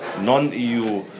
non-EU